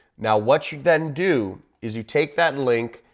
now what you then do is you take that link,